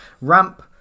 ramp